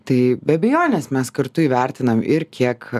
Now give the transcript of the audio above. tai be abejonės mes kartu įvertinam ir kiek